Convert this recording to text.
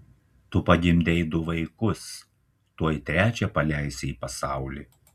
tu pagimdei du vaikus tuoj trečią paleisi į pasaulį